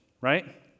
right